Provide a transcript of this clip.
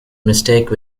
mistake